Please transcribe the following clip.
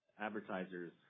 advertisers